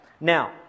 Now